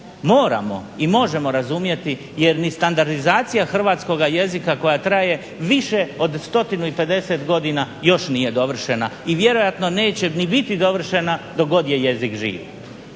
moramo i možemo razumjeti. Jer ni standardizacija hrvatskoga jezika koja traje više od 150 godina još nije dovršena i vjerojatno neće ni biti dovršena dok god je jezik živ.